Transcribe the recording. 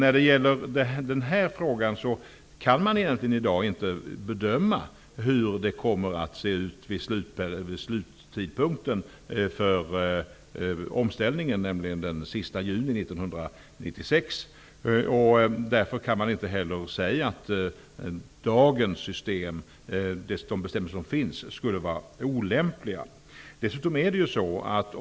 I dag går det egentligen inte att bedöma hur det kommer att se ut vid sluttidpunkten för omställningen, nämligen den sista juni 1996. Därför går det inte heller att säga att de bestämmelser som finns i dagens system skulle vara olämpliga.